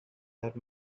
that